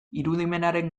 irudimenaren